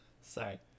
sorry